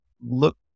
look